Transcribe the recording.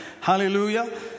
hallelujah